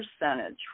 percentage